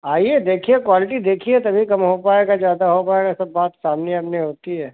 आइए देखिए क्वाल्टी देखिए तभी कम हो पाएगा ज़्यादा हो पाएगा सब बात सामने आमने होती है